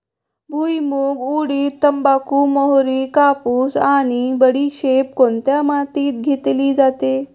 भुईमूग, उडीद, तंबाखू, मोहरी, कापूस आणि बडीशेप कोणत्या मातीत घेतली जाते?